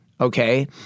okay